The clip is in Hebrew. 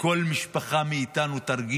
לא מצליח.